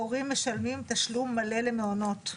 הורים משלמים תשלום מלא למעונות.